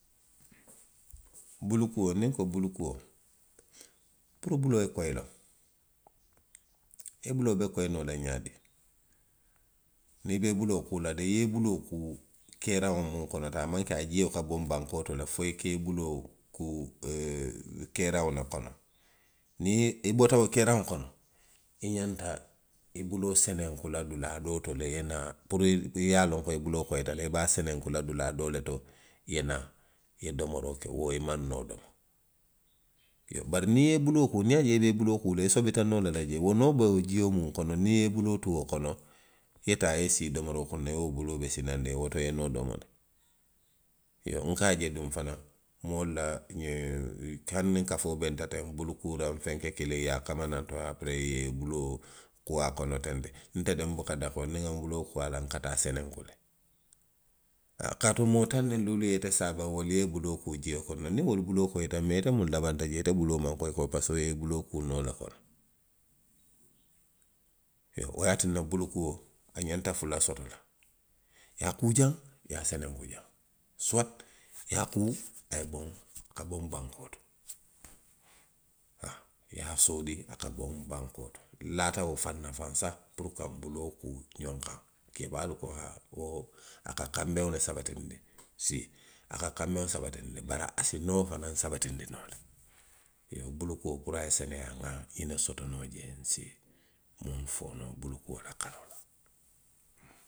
Bulu kuo, niŋ nko bulu kuo. puru buloo ye koyi loŋ. I buloo be koyi noo la ňaadii le. Niŋ i be i buloo kuu la de, i ye i buloo kuu keeraŋo muŋ kono maŋ ke a jio ka boŋ bankoo to le fo i ka i buloo kuu ooo keeraŋo le kono. niŋ i, i bota wo keeraŋo kono. i ňanta i buloo senenku la dulaa doo to le. i ye naa, puru i ye a loŋ ko i buloo koyita le. i be a senenkula dulaa doo le to, i ye naa, i ye domoroo ke, wo i maŋ noo domo. iyoo bari niŋ i ye i buloo kuu, niŋ i ye a je i be i buloo kuu la, i sobita noo le la jee. wo noo be wo jio muŋ kono, niŋ i ye i buloo tuu wo kono. i ye taa, i ye sii domoroo kuŋ na, i la wo buloo be sinandiŋ, woto i ye noo domo le. Iyoo, nka a je duŋ fanaŋ moolu la ňiŋ, hani niŋ kafoo benta. teŋ, bulu kuuraŋ fenke kiliŋ i ye a kama naŋ to, aperee i ye i buloo kuu a kono teŋ de. nte de nbuka dakoori, niŋ nŋa nbuloo kuu a la, nka taa a senenku le. haa, kaatu moo taŋ niŋ luulu ye ite saawaŋ, wolu ye i buloo kuu jio kono. niŋ wolu buloo koyita. mee ite muŋ labanta jee ite buloo maŋ koyi ko parisiko i ye i buloo kuu noo le kono iyoo, wo ye a tinna bulu kuo, a ňanta fula soto la. I ye a kuu jaŋ, i ye a senenku jaŋ. Suwati i ye a kuu a ye boŋ, ka a boŋ bankoo to. i ye a sooli a ka boŋ bankoo to. nlaata wo faŋ na faŋ sahi puru ka nbuloo kuu ňoŋ kaŋ. Keebaalu ko haa, wo, a ka kanbeŋo le sabatindi, sii, a ka kanbeŋo sabatindi, bari a si noo fanaŋ sabatindi noo le. Iyoo bulu kuo puru a ye seneyaa. nŋa ňiŋ ne soto noo jee, sii, bulu kuo la karoo la.